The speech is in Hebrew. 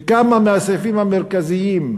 בכמה מהסעיפים המרכזיים,